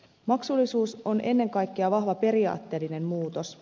maksullisuus on ennen kaikkea vahva periaatteellinen muutos